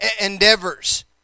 endeavors